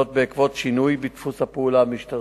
בעקבות שינוי בדפוס הפעולה המשטרתית.